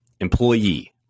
employee